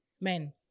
men